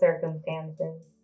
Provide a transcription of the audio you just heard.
circumstances